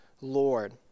Lord